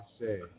say